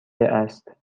است